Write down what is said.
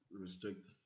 restrict